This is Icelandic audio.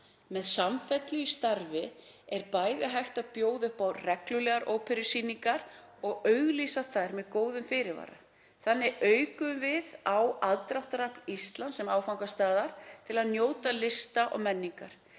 Með samfellu í starfi er bæði hægt að bjóða upp á reglulegar óperusýningar og auglýsa þær með góðum fyrirvara. Þannig aukum við á aðdráttarafl Íslands sem áfangastaðar til að njóta lista og menningar